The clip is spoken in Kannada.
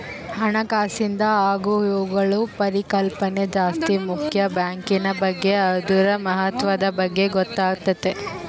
ಹಣಕಾಸಿಂದು ಆಗುಹೋಗ್ಗುಳ ಪರಿಕಲ್ಪನೆ ಜಾಸ್ತಿ ಮುಕ್ಯ ಬ್ಯಾಂಕಿನ್ ಬಗ್ಗೆ ಅದುರ ಮಹತ್ವದ ಬಗ್ಗೆ ಗೊತ್ತಾತತೆ